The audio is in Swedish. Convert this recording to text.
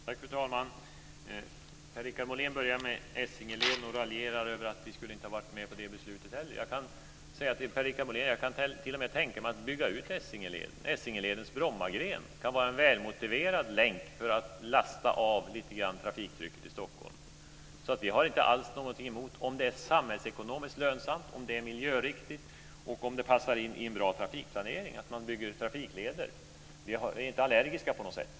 Fru talman! Per-Richard Molén börjar tala om Essingeleden, och raljerar med att vi inte skulle ha varit med på det beslutet heller. Jag kan t.o.m. tänka mig att bygga ut Essingeleden, Per-Richard Molén! Essingeledens Brommagren kan vara en välmotiverad länk för att lite grann lasta av trafiktrycket i Stockholm. Vi har inte alls någonting emot att man bygger trafikleder om det är samhällsekonomiskt lönsamt och miljöriktigt och om det passar in i en bra trafikplanering. Vi är inte allergiska på något sätt.